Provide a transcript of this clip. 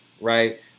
right